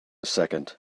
second